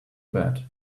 bed